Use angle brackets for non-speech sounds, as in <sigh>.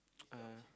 <noise> uh